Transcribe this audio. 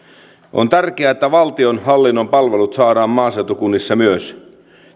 on tärkeää että valtionhallinnon palvelut saadaan maaseutukunnissa myös